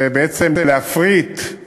זה בעצם להפריט,